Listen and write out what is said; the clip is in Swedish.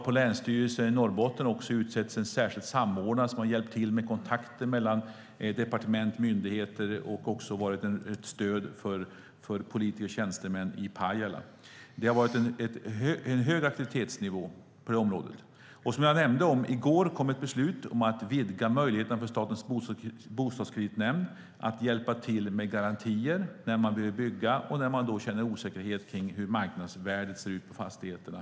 På Länsstyrelsen i Norrbottens län har utsetts en särskild samordnare som har hjälpt till med kontakter mellan departement och myndigheter och som också har varit ett stöd för politiker och tjänstemän i Pajala. Det har varit en hög aktivitetsnivå på det området. I går kom som sagt ett beslut om att vidga möjligheterna för Statens bostadskreditnämnd att hjälpa till med garantier när man behöver bygga och när man känner osäkerhet för hur marknadsvärdet ser ut på fastigheterna.